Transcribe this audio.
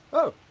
oh!